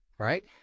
Right